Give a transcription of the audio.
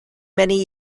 many